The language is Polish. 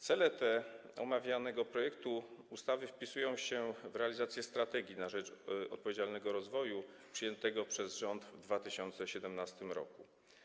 Cele związane z omawianym projektem ustawy wpisują się w realizację „Strategii na rzecz odpowiedzialnego rozwoju” przyjętej przez rząd w 2017 r.